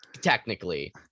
technically